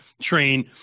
train